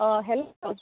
অঁ হেল্ল'